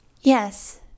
Yes